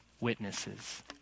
witnesses